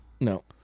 No